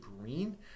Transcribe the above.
green